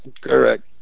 Correct